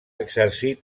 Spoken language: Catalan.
exercit